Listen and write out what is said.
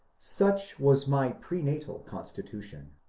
such was my pre-natal constitution.